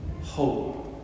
hope